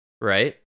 right